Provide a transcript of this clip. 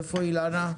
אילנה?